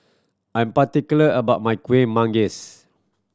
I'm particular about my Kueh Manggis